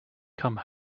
come